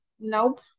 Nope